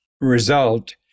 result